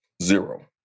Zero